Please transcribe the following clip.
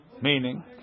Meaning